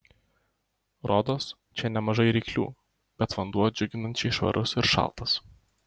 rodos čia nemažai ryklių bet vanduo džiuginančiai švarus ir šaltas